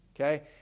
okay